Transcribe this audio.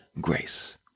grace